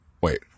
Wait